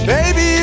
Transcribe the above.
Baby